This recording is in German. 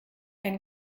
ein